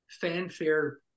fanfare